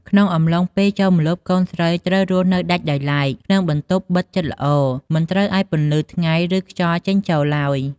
ក្នុងអំឡុងពេលចូលម្លប់ កូនស្រីត្រូវរស់នៅដាច់ដោយឡែក ក្នុងបន្ទប់បិទបាំងជិតល្អ មិនឱ្យត្រូវពន្លឺថ្ងៃ ឬខ្យល់ចេញចូលឡើយ។